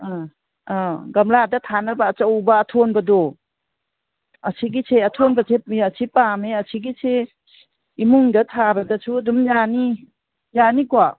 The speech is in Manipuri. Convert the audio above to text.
ꯎꯝ ꯑꯥ ꯒꯝꯂꯥꯗ ꯊꯥꯅꯕ ꯑꯆꯧꯕ ꯑꯊꯣꯟꯕꯗꯣ ꯑꯁꯤꯒꯤꯁꯦ ꯑꯊꯣꯟꯕꯁꯦ ꯑꯁꯤ ꯄꯥꯝꯃꯦ ꯑꯁꯤꯒꯤꯁꯤ ꯏꯃꯨꯡꯗ ꯊꯥꯕꯗꯁꯨ ꯑꯗꯨꯝ ꯌꯥꯅꯤ ꯌꯥꯅꯤꯀꯣ